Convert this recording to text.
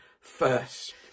first